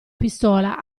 pistola